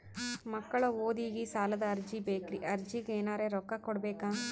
ಮಕ್ಕಳ ಓದಿಗಿ ಸಾಲದ ಅರ್ಜಿ ಬೇಕ್ರಿ ಅರ್ಜಿಗ ಎನರೆ ರೊಕ್ಕ ಕೊಡಬೇಕಾ?